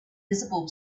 visible